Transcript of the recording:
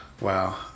wow